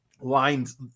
lines